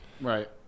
Right